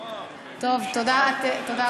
טוב, תודה רבה.